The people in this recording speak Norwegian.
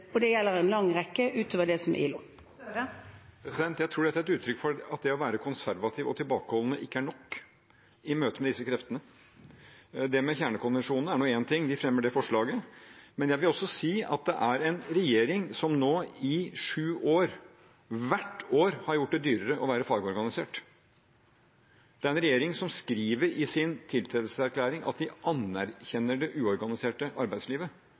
Og det gjelder en lang rekke, utover ILO. Det blir oppfølgingsspørsmål – først Jonas Gahr Støre. Jeg tror dette er uttrykk for at det å være konservativ og tilbakeholdende ikke er nok i møte med disse kreftene. Det med kjernekonvensjonene er nå én ting, vi fremmer det forslaget, men jeg vil også si at dette er en regjering som nå i sju år hvert år har gjort det dyrere å være fagorganisert. Det er en regjering som skriver i sin tiltredelseserklæring at de anerkjenner det uorganiserte arbeidslivet.